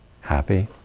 happy